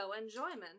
enjoyment